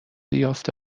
یافته